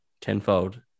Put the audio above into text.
tenfold